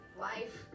life